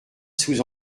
sous